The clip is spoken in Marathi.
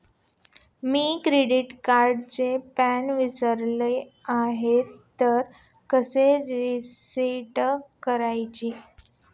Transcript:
मी क्रेडिट कार्डचा पिन विसरलो आहे तर कसे रीसेट करायचे?